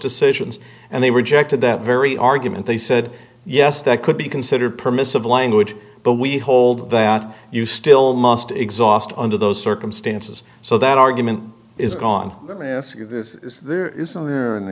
decisions and they rejected that very argument they said yes that could be considered permissive language but we hold that you still must exhaust under those circumstances so that argument is gone let me ask you this is there isn't there an